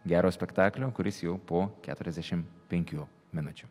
gero spektaklio kuris jau po keturiasdešim penkių minučių